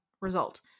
result